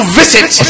visit